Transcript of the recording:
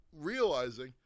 realizing